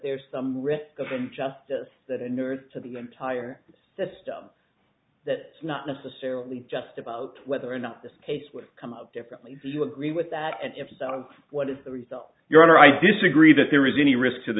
there's some risk of injustice that unearths to the entire system thats not necessarily just about whether or not this case would come up differently do you agree with that and if so what is the result your honor i disagree that there is any risk to the